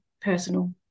personal